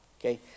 Okay